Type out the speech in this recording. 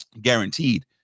guaranteed